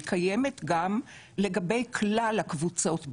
היא קיימת גם לגבי כלל הקבוצות בכנסת.